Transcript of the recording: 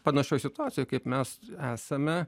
panašioj situacijoj kaip mes esame